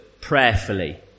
prayerfully